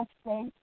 state